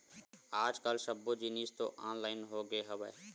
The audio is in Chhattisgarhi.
आज कल सब्बो जिनिस तो ऑनलाइन होगे हवय